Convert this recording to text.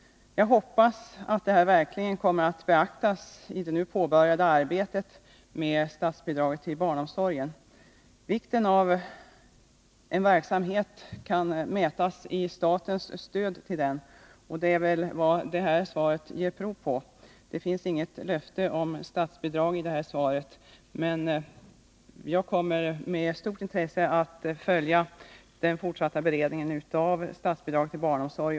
Jag hoppas att detta verkligen kommer att beaktas i det nu påbörjade arbetet med statsbidraget till barnomsorgen. Vikten av en verksamhet kan mätasi statens stöd till den — och det är väl vad det här svaret ger prov på. Det finns inget löfte om statsbidrag i svaret, men jag kommer att med stort intresse följa den fortsatta beredningen av statsbidrag till barnomsorg.